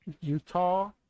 Utah